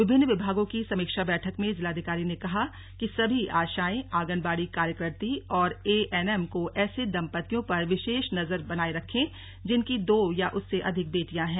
विभिन्न विभागों की समीक्षा बैठक में जिलाधिकारी ने कहा कि सभी आशाएं आगंनबाड़ी कार्यकत्री और एएनएम को ऐसे दंपतियों पर विशेष नजर बनाये रखे जिनकी दो या उससे अधिक बेटियां है